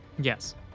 Yes